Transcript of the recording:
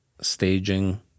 staging